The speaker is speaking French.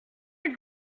êtes